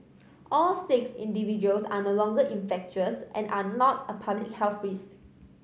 all six individuals are no longer infectious and are not a public health risk